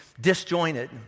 disjointed